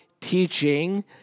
teaching